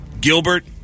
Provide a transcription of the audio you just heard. Gilbert